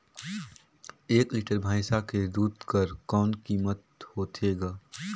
एक लीटर भैंसा के दूध कर कौन कीमत होथे ग?